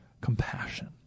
compassion